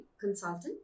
Consultant